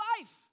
life